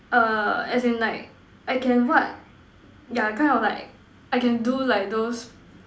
err as in like I can what yeah kind of like I can do like those